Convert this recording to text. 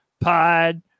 pod